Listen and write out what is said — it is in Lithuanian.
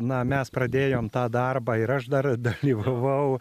na mes pradėjom tą darbą ir aš dar dalyvavau